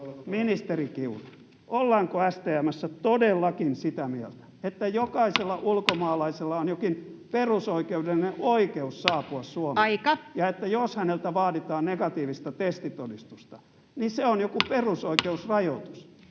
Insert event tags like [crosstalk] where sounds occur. Ministeri Kiuru, ollaanko STM:ssä todellakin sitä mieltä, [noise] että jokaisella ulkomaalaisella on jokin perusoikeudellinen oikeus saapua Suomeen [Puhemies: Aika!] ja että jos häneltä vaaditaan negatiivista testitodistusta, niin se on joku perusoikeusrajoitus?